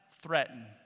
threaten